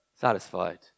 satisfied